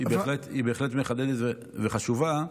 היא בהחלט מחדדת וחשובה.